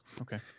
okay